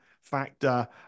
factor